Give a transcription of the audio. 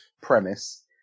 premise